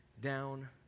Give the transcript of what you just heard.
down